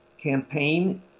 campaign